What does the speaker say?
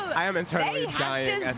i am internally dying.